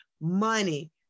money